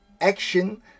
action